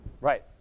Right